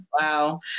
wow